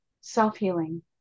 self-healing